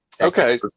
okay